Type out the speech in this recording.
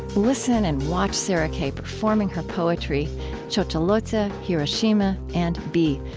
listen and watch sarah kay performing her poetry tshotsholoza, hiroshima, and b.